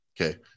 Okay